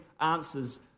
answers